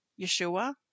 Yeshua